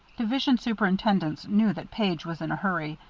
division superintendents knew that page was in a hurry,